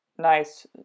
Nice